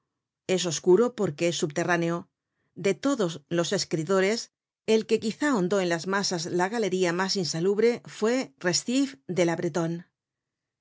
es oscuro porque es subterráneo de todos los escritores el que quizá ahondó en las masas la galería mas insalubre fue restif de la bretonne